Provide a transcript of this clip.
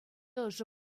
ӑшӑ